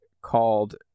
called